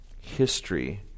history